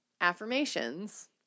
Affirmations